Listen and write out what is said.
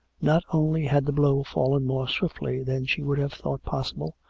not only had the blow fallen more swiftly than she would have thought possible,